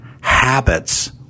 Habits